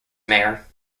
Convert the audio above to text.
mayor